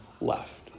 left